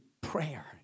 prayer